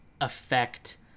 affect